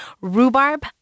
rhubarb